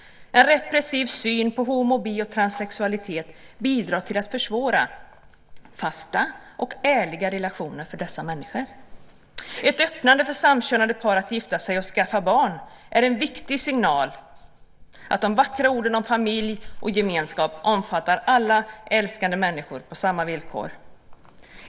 En repressiv syn på homo-, bi och transsexualitet bidrar till att försvåra fasta och ärliga relationer för dessa människor. Ett öppnande för samkönade par att gifta sig och skaffa barn är en viktig signal att de vackra orden om familj och gemenskap omfattar alla älskande människor på samma villkor.